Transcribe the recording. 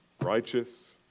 Righteous